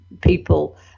people